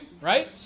right